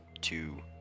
two